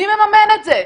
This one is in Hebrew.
מי מממן את זה?